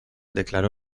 declaró